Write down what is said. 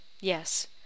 Yes